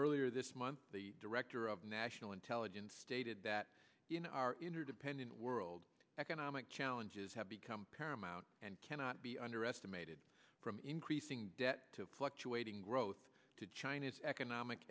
earlier this month the director of national intelligence stated that in our interdependent world economic challenges have become paramount and cannot be underestimated from increasing debt to fluctuating growth to china's economic